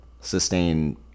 sustain